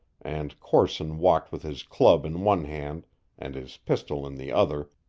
and corson walked with his club in one hand and his pistol in the other,